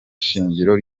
shingiro